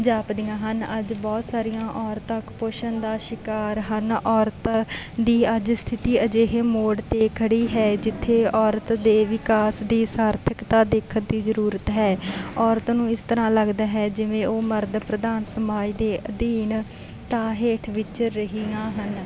ਜਾਪਦੀਆਂ ਹਨ ਅੱਜ ਬਹੁਤ ਸਾਰੀਆਂ ਔਰਤਾਂ ਕੁਪੋਸ਼ਣ ਦਾ ਸ਼ਿਕਾਰ ਹਨ ਔਰਤ ਦੀ ਅੱਜ ਸਥਿਤੀ ਅਜਿਹੇ ਮੋੜ 'ਤੇ ਖੜ੍ਹੀ ਹੈ ਜਿੱਥੇ ਔਰਤ ਦੇ ਵਿਕਾਸ ਦੀ ਸਾਰਥਿਕਤਾ ਦੇਖਣ ਦੀ ਜ਼ਰੂਰਤ ਹੈ ਔਰਤ ਨੂੰ ਇਸ ਤਰ੍ਹਾਂ ਲੱਗਦਾ ਹੈ ਜਿਵੇਂ ਉਹ ਮਰਦ ਪ੍ਰਧਾਨ ਸਮਾਜ ਦੇ ਅਧੀਨਤਾ ਹੇਠ ਵਿਚਰ ਰਹੀਆਂ ਹਨ